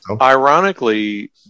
Ironically